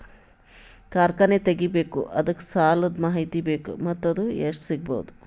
ಕಾರ್ಖಾನೆ ತಗಿಬೇಕು ಅದಕ್ಕ ಸಾಲಾದ ಮಾಹಿತಿ ಬೇಕು ಮತ್ತ ಅದು ಎಷ್ಟು ಸಿಗಬಹುದು?